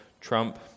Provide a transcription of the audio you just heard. Trump